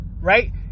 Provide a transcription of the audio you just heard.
right